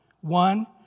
One